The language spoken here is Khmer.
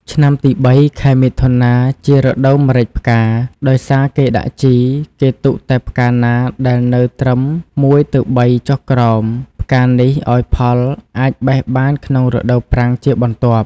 ឆ្នាំទី៣ ខែមិថុនា ជារដូវម្រេចផ្កា ដោយសារគេដាក់ជី គេទុកតែផ្កាណាដែល នៅត្រឹម ១ ទៅ ៣ ចុះមកក្រោម ផ្កានេះឱ្យផលអាចបេះបានក្នុងរដូវប្រាំងជាបន្ទាប់។